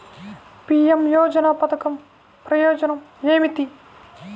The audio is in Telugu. పీ.ఎం యోజన పధకం ప్రయోజనం ఏమితి?